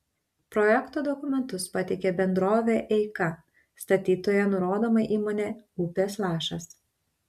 projekto dokumentus pateikė bendrovė eika statytoja nurodoma įmonė upės lašas